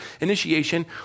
initiation